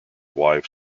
wife